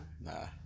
Nah